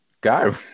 go